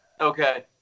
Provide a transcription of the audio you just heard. Okay